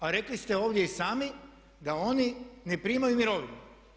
A rekli ste ovdje i sami da oni ne primaju mirovinu.